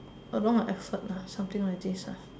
along the effort lah something like this